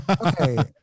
Okay